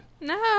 No